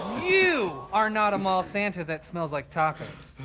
you are not a mall santa that smells like tacos.